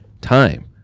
time